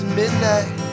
midnight